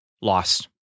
Lost